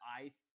Ice